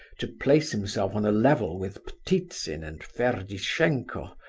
to place himself on a level with ptitsin and ferdishenko,